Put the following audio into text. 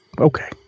Okay